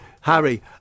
Harry